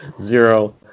zero